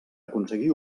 aconseguir